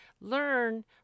learn